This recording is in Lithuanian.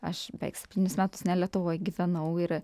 aš beveik septynis metus ne lietuvoj gyvenau ir